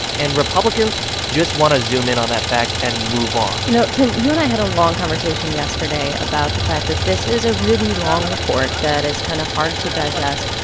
and republicans just want to zoom in on that fact and move on you know, tim, you and i had a long conversation yesterday about the fact that this is a really long report that is kind of hard to digest,